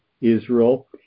Israel